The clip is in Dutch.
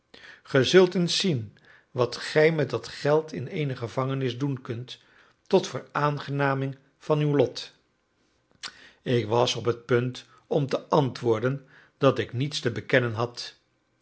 ge zult eens zien wat gij met dat geld in eene gevangenis doen kunt tot veraangenaming van uw lot ik was op het punt om te antwoorden dat ik niets te bekennen had